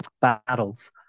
battles